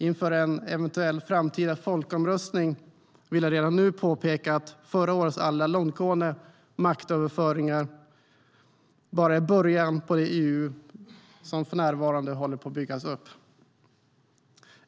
Inför en eventuell framtida folkomröstning vill jag redan nu påpeka att förra årets alla långtgående maktöverföringar bara är början på det EU som för närvarande håller på att byggas upp.